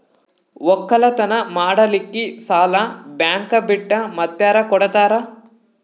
ಒಕ್ಕಲತನ ಮಾಡಲಿಕ್ಕಿ ಸಾಲಾ ಬ್ಯಾಂಕ ಬಿಟ್ಟ ಮಾತ್ಯಾರ ಕೊಡತಾರ?